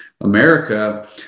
America